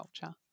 culture